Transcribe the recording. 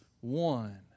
one